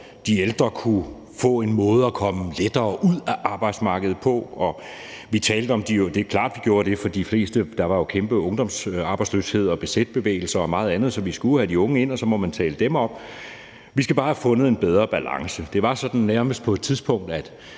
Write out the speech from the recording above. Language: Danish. som de ældre kunne komme lettere ud af arbejdsmarkedet på. Og vi talte om de unge. Det er klart, vi gjorde det, for der var jo kæmpe ungdomsarbejdsløshed og bz-bevægelser og meget andet, så vi skulle have de unge ind, og så må man tale dem op. Vi skal bare have fundet en bedre balance. Det var sådan på et tidspunkt,